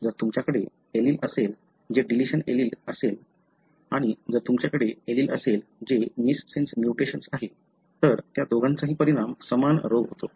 जर तुमच्याकडे एलील असेल जे डिलिशन एलील असेल आणि जर तुमच्याकडे एलील असेल जे मिससेन्स म्युटेशन्स आहे तर त्या दोघांचाही परिणाम समान रोग होतो